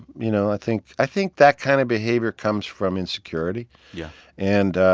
you know, i think i think that kind of behavior comes from insecurity yeah and,